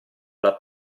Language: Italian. alla